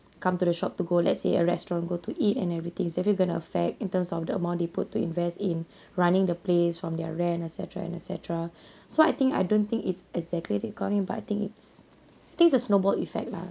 come to the shop to go let's say a restaurant go to eat and everything it's definitely going to affect in terms of the amount they put to invest in running the place from their rent et cetera and et cetera so I think I don't think it's exactly but I think it's I think it's a snowball effect lah